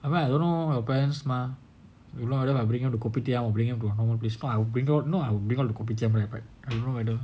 I mean I don't know her parents mah if not I bring her to kopitiam or I bring her to I don't know what place not like I would bring her to kopitiam right I don't know whether